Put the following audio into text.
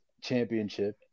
Championship